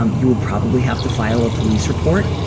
um you will probably have to file a police report.